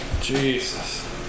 Jesus